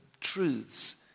truths